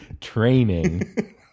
training